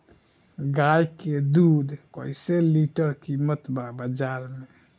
गाय के दूध कइसे लीटर कीमत बा बाज़ार मे?